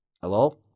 Hello